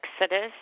Exodus